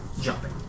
jumping